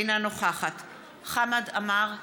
אינה נוכחת חמד עמאר,